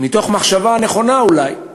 מתוך מחשבה, נכונה אולי,